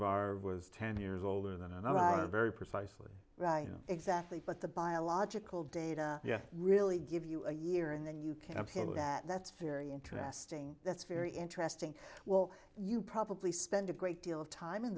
virus was ten years older than i very precisely right exactly but the biological data yeah really give you a year and then you can handle that that's very interesting that's very interesting well you probably spend a great deal of time in